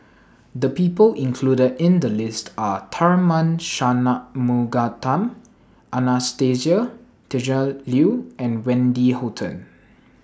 The People included in The list Are Tharman Shanmugaratnam Anastasia Tjendri Liew and Wendy Hutton